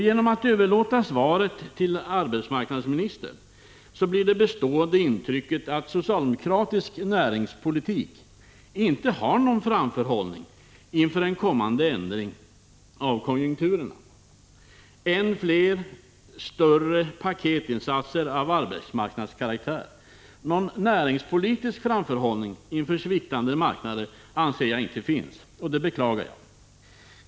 Genom att överlåta svaret på arbetsmarknadsministern blir det bestående intrycket att socialdemokratisk näringspolitik inte har någon framförhållning inför en kommande ändring av konjunkturerna annat än fler, större paketinsatser av arbetsmarknadskaraktär. Någon näringspolitisk framförhållning inför sviktande marknader anser jag inte finns. Det beklagar jag.